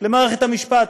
למערכת המשפט.